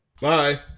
Bye